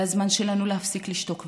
זה הזמן שלנו להפסיק לשתוק ולהשתיק.